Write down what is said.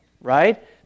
right